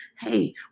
hey